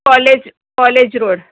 college college road